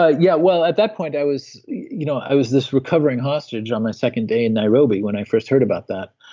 ah yeah well, at that point i was you know i was this recovering hostage on my second day in nairobi when i first heard about that.